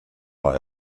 war